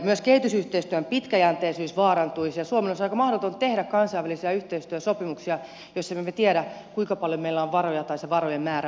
myös kehitysyhteistyön pitkäjänteisyys vaarantuisi ja suomen olisi aika mahdotonta tehdä kansainvälisiä yhteistyösopimuksia jos me emme tiedä kuinka paljon meillä on varoja tai se varojen määrä vaihtelee